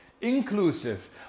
inclusive